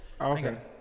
Okay